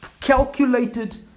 calculated